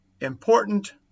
important